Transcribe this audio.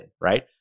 right